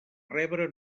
rebre